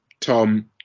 tom